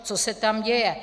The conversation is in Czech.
Co se tam děje?